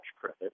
credit